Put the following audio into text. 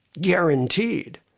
guaranteed